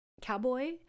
cowboy